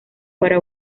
para